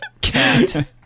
Cat